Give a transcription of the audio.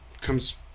comes